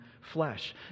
flesh